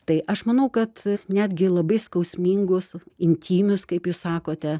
tai aš manau kad netgi labai skausmingus intymius kaip jūs sakote